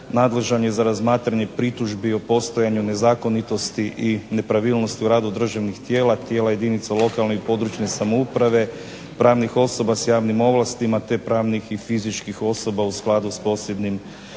nadležan je za razmatranje pritužbi o postojanju nezakonitosti i nepravilnosti u radu državnih tijela, tijela jedinica lokalne i područne samouprave, pravnih osoba s javnim ovlastima, te pravnih i fizičkih osoba u skladu s posebnim zakonima.